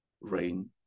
Rain